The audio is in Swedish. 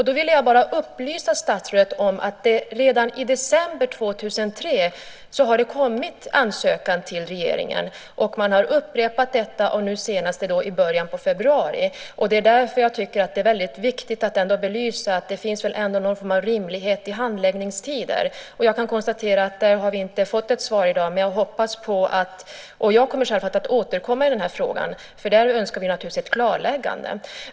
Då vill jag bara upplysa statsrådet om att det redan i december 2003 kom en ansökan till regeringen. Denna ansökan har upprepats, nu senast i början av februari. Det är därför som jag tycker att det är viktigt att belysa vad som är rimligt när det gäller handläggningstider. Jag kan konstatera att på den frågan har vi inte fått något svar i dag. Jag tänker självfallet återkomma i den här frågan. Där önskar vi naturligtvis ett klarläggande.